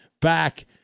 back